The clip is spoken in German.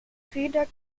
räder